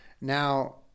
Now